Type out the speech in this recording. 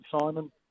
Simon